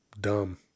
Dumb